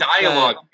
dialogue